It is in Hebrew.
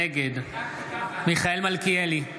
נגד מיכאל מלכיאלי,